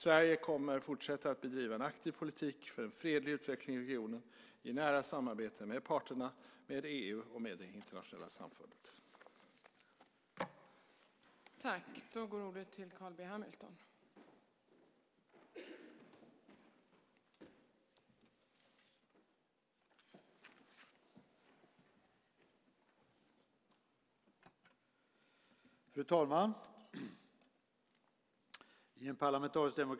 Sverige kommer att fortsätta att bedriva en aktiv politik för en fredlig utveckling i regionen i nära samarbete med parterna, med EU och med det internationella samfundet.